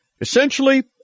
Essentially